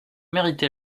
mérité